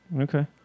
Okay